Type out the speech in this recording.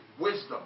wisdom